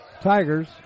Tigers